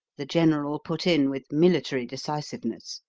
the general put in with military decisiveness.